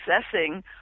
assessing